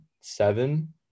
seven